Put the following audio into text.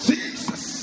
Jesus